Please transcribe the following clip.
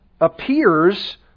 appears